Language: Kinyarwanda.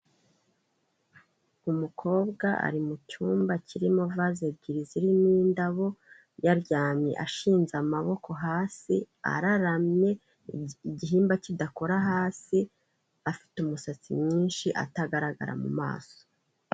Umukobwa ari mu cyumba kirimo vaze ebyiri zirimo indabo yaryamye ashinze amaboko hasi araramye igihimba kidakora hasi afite umusatsi mwinshi atagaragara mu maso.